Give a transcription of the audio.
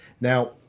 Now